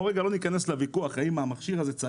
בואו לא ניכנס לוויכוח האם המכשיר הזה,